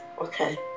Okay